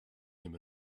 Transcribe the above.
him